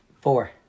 Four